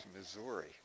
Missouri